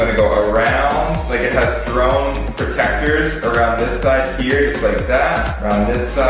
ah go around like it has drone protectors around this side but around this